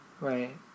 Right